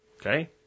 Okay